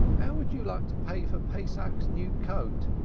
ow would you like to pay for pesach's new coat?